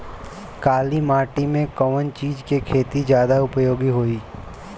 काली माटी में कवन चीज़ के खेती ज्यादा उपयोगी होयी?